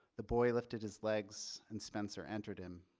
the boy lifted his legs and spencer entered him.